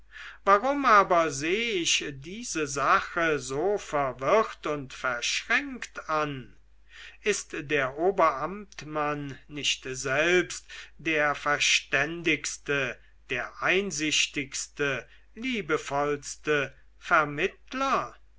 warum aber seh ich diese sache so verwirrt und verschränkt an ist der oberamtmann nicht selbst der verständigste der einsichtigste liebevollste vermittler